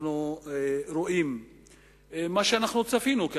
אנחנו רואים את מה שצפינו,